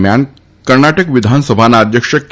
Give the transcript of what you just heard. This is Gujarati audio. દરમિયાન કર્ણાટક વિધાનસભાના અધ્યક્ષ કે